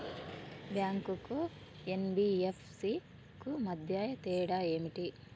Bank కు NBFC కు మధ్య తేడా ఏమిటి?